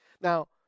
Now